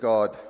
God